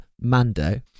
Mando